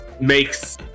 makes